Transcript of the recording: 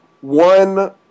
one